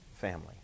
family